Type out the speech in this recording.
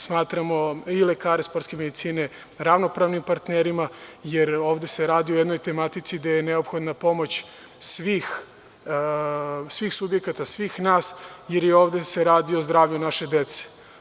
Smatramo i lekare sportske medicine ravnopravnim partnerima, jer ovde se radi o jednoj tematici gde je neophodna pomoć svih subjekata, svih nas, jer ovde se radi o zdravlju naše dece.